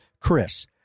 Chris